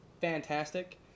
fantastic